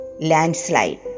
Landslide